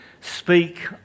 speak